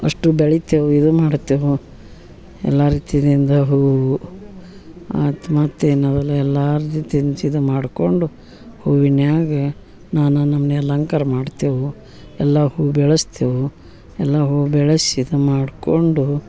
ಅಷ್ಟು ಬೆಳಿತೇವೆ ಇದು ಮಾಡ್ತೇವೆ ಎಲ್ಲ ರೀತಿಯಿಂದ ಹೂವು ಆತು ಮತ್ತು ಏನದಲ್ಲ ಎಲ್ಲಾರ್ದು ಮಾಡಿಕೊಂಡು ಹೂವಿನ್ಯಾಗ ನಾನಾ ನಮ್ನೆ ಅಲಂಕಾರ ಮಾಡ್ತೇವೆ ಎಲ್ಲ ಹೂ ಬೆಳಸ್ತೇವೆ ಎಲ್ಲ ಹೂ ಬೆಳಸಿ ಇದು ಮಾಡಿಕೊಂಡು